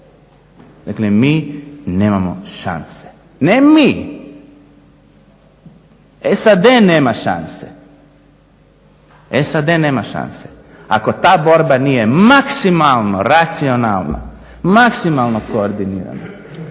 Dakle, mi nemamo šanse, ne mi, SAD nema šanse, ako ta borba nije maksimalno racionalna, maksimalno koordinirana,